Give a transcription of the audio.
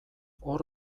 hor